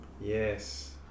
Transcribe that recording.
Yes